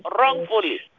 wrongfully